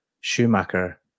Schumacher